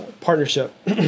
partnership